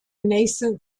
nascent